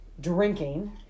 drinking